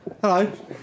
Hello